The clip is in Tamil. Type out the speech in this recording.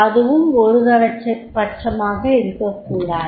அதுவும் ஒருதலைபட்சமாகவும் இருக்கக்கூடது